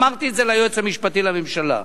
אמרתי את זה ליועץ המשפטי לממשלה.